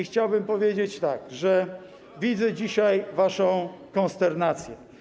Chciałbym powiedzieć tak: widzę dzisiaj waszą konsternację.